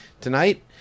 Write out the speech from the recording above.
tonight